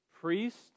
priest